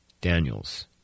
Daniels